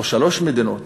או שלוש מדינות,